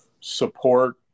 support